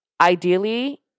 ideally